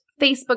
Facebook